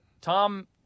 Tom